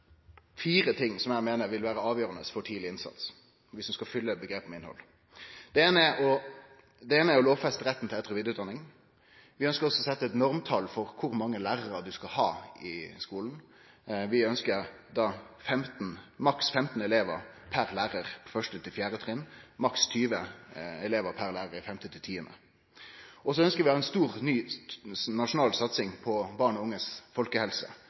fire ting som eg meiner vil vere avgjerande for tidleg innsats, om ein skal fylle omgrepet med innhald: Det eine er å lovfeste retten til etter- og vidareutdanning. Vi ønskjer også å setje eit normtal for kor mange lærarar ein skal ha i skulen. Vi ønskjer maks 15 elevar per lærar på 1.–4. trinn, og maks 20 elevar per lærar på 5.–10. trinn. Så ønskjer vi ei ny, stor nasjonal satsing på barn og unges folkehelse